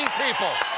people.